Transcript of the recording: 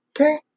okay